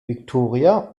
viktoria